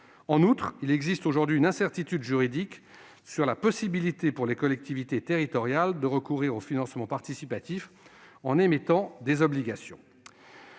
En outre, il existe aujourd'hui une incertitude juridique sur la possibilité pour les collectivités territoriales de recourir au financement participatif en émettant des obligations.